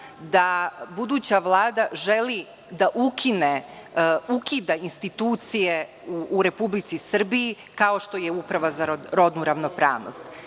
da buduća Vlada želi da ukida institucije u Republici Srbiji, kao što je Uprava za rodnu ravnopravnost.